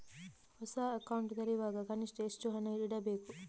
ಹೊಸ ಅಕೌಂಟ್ ತೆರೆಯುವಾಗ ಕನಿಷ್ಠ ಎಷ್ಟು ಹಣ ಇಡಬೇಕು?